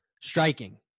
Striking